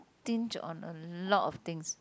stinge on a lot of things